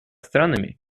странами